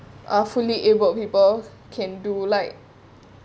are fully able people can do like